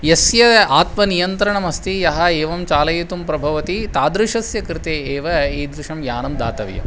यस्य आत्मनियन्त्रणमस्ति यः एवं चालयितुं प्रभवति तादृशस्य कृते एव ईदृशं यानं दातव्यम्